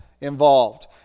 involved